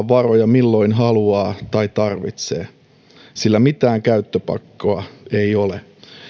varoja milloin haluaa tai tarvitsee sillä mitään käyttöpakkoa ei ole